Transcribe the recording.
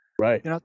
Right